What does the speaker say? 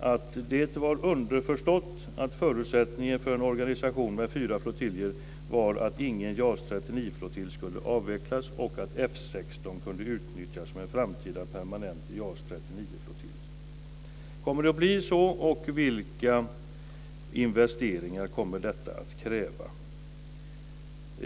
att det var underförstått att förutsättningen för en organisation med fyra flottiljer var att ingen JAS 39-flottilj skulle avvecklas och att Kommer det att bli så? Vilka investeringar kommer detta att kräva?